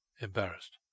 embarrassed